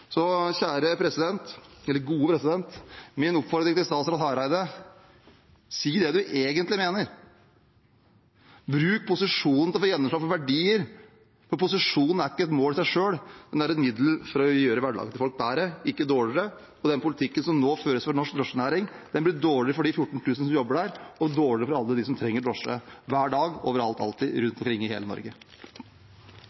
Min oppfordring til statsråd Hareide er at han sier det han egentlig mener, at han bruker posisjonen sin til å få gjennomslag for verdier. For posisjonen er ikke et mål i seg selv – den er et middel for å gjøre folks hverdag bedre, ikke dårligere. Den politikken som nå føres overfor norsk drosjenæring, er dårligere for de 14 000 som jobber der, og for alle dem som trenger drosje hver dag, overalt, alltid,